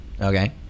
okay